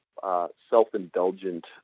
Self-indulgent